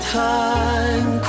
time